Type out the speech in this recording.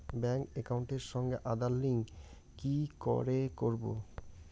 Bank একাউন্টের সঙ্গে Aadhaar link কি করে করবো?